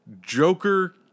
Joker